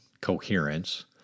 coherence